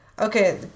Okay